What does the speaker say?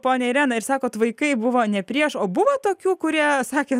ponia irena ir sakot vaikai buvo ne prieš o buvo tokių kurie sakė